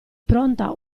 pronta